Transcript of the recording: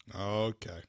Okay